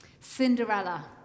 Cinderella